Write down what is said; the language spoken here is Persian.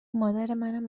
مادرمنم